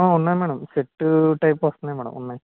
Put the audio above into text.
ఉన్నాయి madam set type వస్తున్నాయి madam ఉన్నాయి